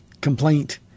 complaint